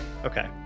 Okay